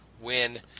win